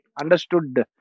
understood